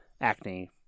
acne